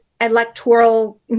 electoral